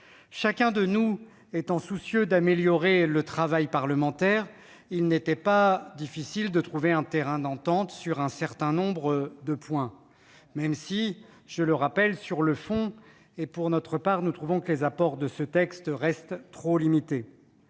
Chacun de nous étant soucieux d'améliorer le travail parlementaire, il n'était pas difficile de trouver un terrain d'entente sur un certain nombre de points, même si, sur le fond, nous trouvons, pour notre part, que les apports de ce texte restent trop limités.